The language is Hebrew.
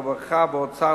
הרווחה או האוצר,